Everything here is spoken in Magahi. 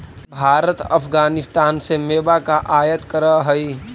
भारत अफगानिस्तान से मेवा का आयात करअ हई